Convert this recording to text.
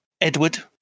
Edward